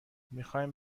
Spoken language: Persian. میخایم